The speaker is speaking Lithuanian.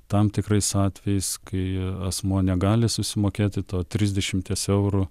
tam tikrais atvejais kai asmuo negali susimokėti to trisdešimties eurų